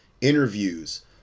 interviews